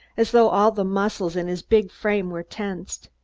as though all the muscles in his big frame were tensed.